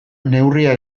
neurria